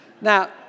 Now